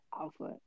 alpha